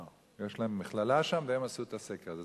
יש להם מכללה שם והם עשו את הסקר הזה.